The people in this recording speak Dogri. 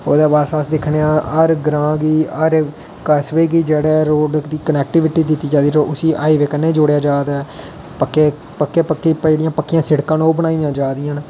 ओहदे आस्ते अस दिक्खने हर ग्रां गी हर कस्बे गी जेहड़ा ऐ रोड दी कनेक्टीविटी दिती जारदी उसी रोड गी हाईवे कन्नै जोड़ेआ जारदा ऐ पक्के पक्के पेढियां पक्कियां सिडकां ना ओह् बनाइयां जारदियां ना